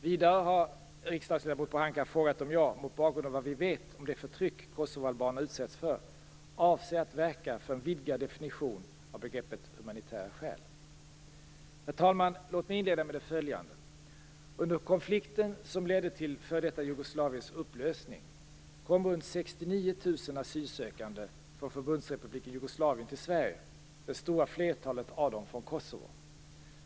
Vidare har riksdagsledamot Pohanka frågat om jag, mot bakgrund av vad vi vet om det förtryck kosovoalbanerna utsätts för, avser att verka för en vidgad definition av begreppet humanitära skäl. Herr talman! Låt mig inleda med det följande. Under konflikten som ledde till f.d. Jugoslaviens upplösning kom runt 69 000 asylsökande från Förbundsrepubliken Jugoslavien till Sverige, det stora flertalet av dem från Kosovo.